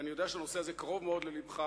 ואני יודע שהנושא הזה קרוב מאוד ללבך,